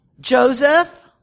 Joseph